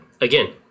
again